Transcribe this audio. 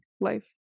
life